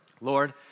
Lord